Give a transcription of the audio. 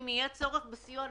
אם יהיה צורך בסיוע נוסף,